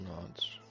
nods